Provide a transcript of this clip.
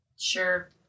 Sure